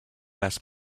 les